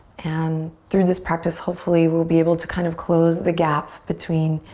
and through this practice, hopefully we'll be able to kind of close the gap between,